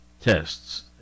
tests